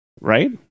right